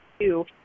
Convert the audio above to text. two